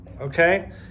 Okay